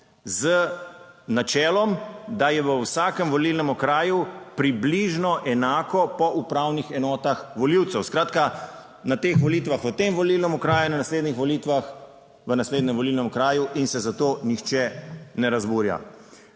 z načelom, da je v vsakem volilnem okraju približno enako po upravnih enotah volivcev. Skratka, na teh volitvah, v tem volilnem okraju in na naslednjih volitvah, v naslednjem volilnem okraju in se za to nihče ne razburja.